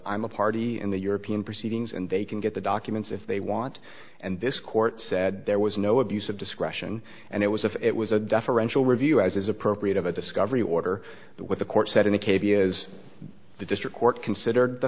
i'm a party in the european proceedings and they can get the documents if they want and this court said there was no abuse of discretion and it was if it was a deferential review as is appropriate of a discovery order the what the court said in the cave is the district court considered the